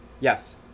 yes